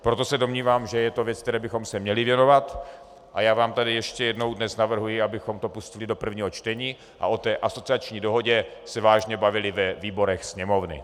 Proto se domnívám, že je to věc, které bychom se měli věnovat, a já vám tady ještě jednou dnes navrhuji, abychom to pustili do prvního čtení a o asociační dohodě se vážně bavili ve výborech Sněmovny.